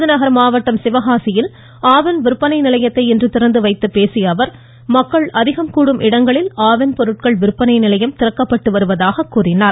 விருதுநகர் மாவட்டம் சிவகாசியில் ஆவின் விற்பனை நிலையத்தை இன்று திறந்து வைத்துப் பேசிய அவர் மக்கள் அதிகம் கூடும் இடங்களில் ஆவின் பொருட்கள் விற்பனை நிலையம் திறக்கப்படுவதாக கூறினார்